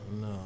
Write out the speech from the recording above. No